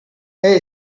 hey